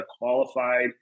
qualified